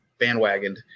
bandwagoned